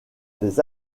des